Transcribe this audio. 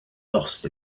lost